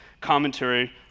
commentary